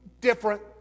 different